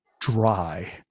dry